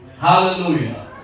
Hallelujah